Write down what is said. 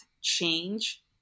change